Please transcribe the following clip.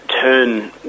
turn